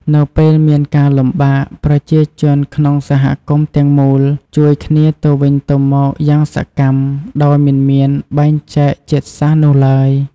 នៅពេលមានការលំបាក ប្រជាជនក្នុងសហគមន៍ទាំងមូលជួយគ្នាទៅវិញទៅមកយ៉ាងសកម្ម ដោយមិនមានបែងចែកជាតិសាសន៍នោះឡើយ។